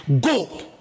Go